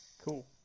Cool